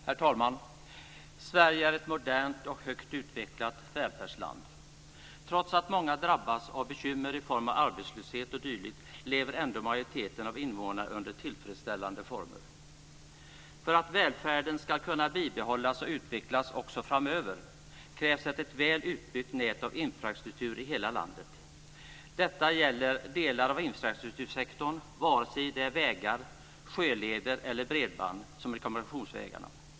Herr talman! Sverige är ett modernt och högt utvecklat välfärdsland. Trots att många drabbas av bekymmer i form av arbetslöshet o.d. lever majoriteten av invånarna under tillfredsställande former. För att välfärden ska kunna bibehållas och utvecklas också framöver krävs det ett väl utbyggt nät av infrastruktur i hela landet. Detta gäller delar av infrastruktursektorn, vare sig det är vägar eller sjöleder eller det är bredband som är kommunikationsvägarna.